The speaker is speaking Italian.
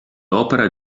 opera